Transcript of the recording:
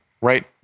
right